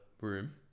room